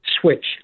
Switch